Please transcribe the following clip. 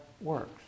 works